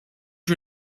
you